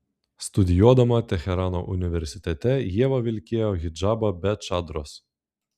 studijuodama teherano universitete ieva vilkėjo hidžabą be čadros